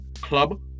club